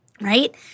right